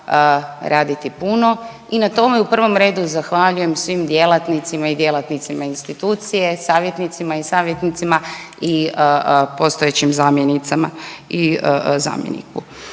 raditi puno i na tome u prvom redu zahvaljujem svim djelatnicima i djelatnicama institucije, savjetnicima i savjetnicama i postojećim zamjenicama i zamjeniku.